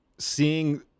Seeing